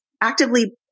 actively